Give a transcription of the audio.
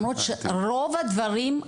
למרות שרוב הדברים,